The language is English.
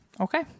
okay